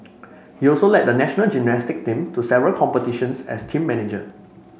he also led the national gymnastic team to several competitions as team manager